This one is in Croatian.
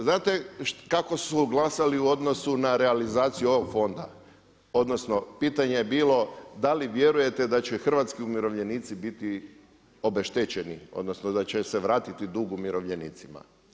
Znate kako su glasali u odnosu na realizaciju ovog fonda odnosno pitanje je bilo da li vjerujete da će hrvatski umirovljenici biti obeštećeni, odnosno da će se vratiti dug umirovljenicima.